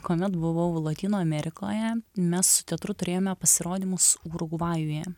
kuomet buvau lotynų amerikoje mes su teatru turėjome pasirodymus urugvajuje